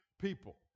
people